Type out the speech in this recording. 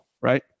right